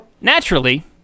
Naturally